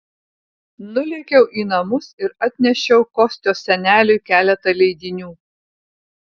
nulėkiau į namus ir atnešiau kostios seneliui keletą leidinių